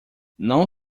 não